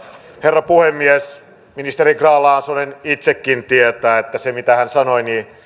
herra puhemies ministeri grahn laasonen itsekin tietää että se mitä hän sanoi